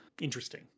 Interesting